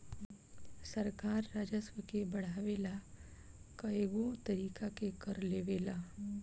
सरकार राजस्व के बढ़ावे ला कएगो तरीका के कर लेवेला